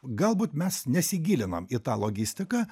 galbūt mes nesigilinam į tą logistiką